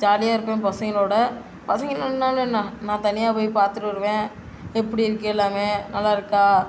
ஜாலியாக இருப்பேன் பசங்களோடு பசங்க இல்லைன்னாலும் என்ன நான் தனியாக போய் பார்த்துட்டு வருவேன் எப்படி இருக்குது எல்லாமே நல்லாயிருக்கா